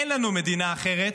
אין לנו מדינה אחרת,